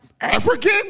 African